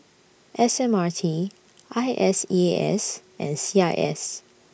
S M R T I S E A S and C I S